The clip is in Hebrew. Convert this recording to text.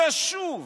ושוב,